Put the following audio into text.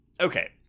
okay